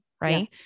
right